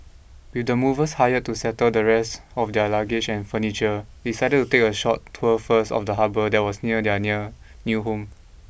with the movers hired to settle the rest of their luggage and furniture decided to take a short tour first of the harbour that was near their near new home